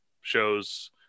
shows